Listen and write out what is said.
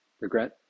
Regret